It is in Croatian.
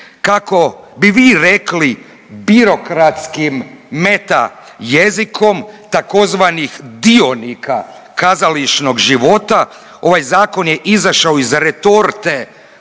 kako bi vi rekli birokratskim metajezikom tzv. dionika kazališnog života ovaj zakon je izašao iz retorte